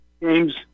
James